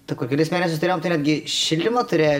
tai kur kelis mėnesius turėjom turėt gi šildymą turėjo